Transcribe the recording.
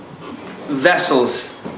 vessels